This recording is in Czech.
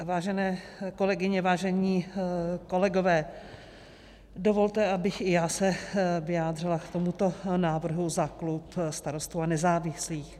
Vážené kolegyně, vážení kolegové, dovolte, abych i já se vyjádřila k tomuto návrhu za klub Starostů a nezávislých.